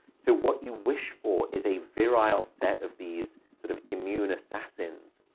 so what you wish for is a virile set of these sort of immune assassins,